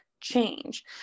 Change